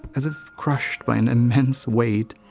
as if crushed by an immense weight,